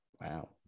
Wow